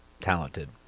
talented